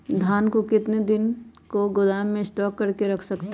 धान को कितने दिन को गोदाम में स्टॉक करके रख सकते हैँ?